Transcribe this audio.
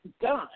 done